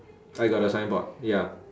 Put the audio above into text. I got a signboard ya